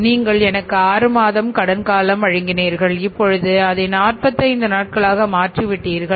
நீங்கள் எனக்கு ஆறு மாதம் கடன் காலம் வழங்கினீர்கள் இப்பொழுது அதை 45 நாட் களாக மாற்றி விட்டீர்கள்